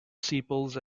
sepals